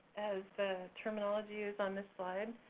as the terminology is on the slide,